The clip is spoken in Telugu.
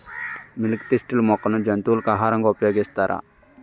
మిల్క్ తిస్టిల్ మొక్కను జంతువులకు ఆహారంగా ఉపయోగిస్తారా?